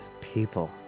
people